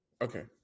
Okay